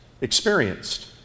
experienced